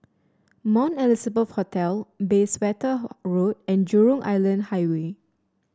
Mount Elizabeth Hospital Bayswater Road and Jurong Island Highway